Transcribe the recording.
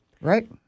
Right